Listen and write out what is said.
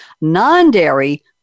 non-dairy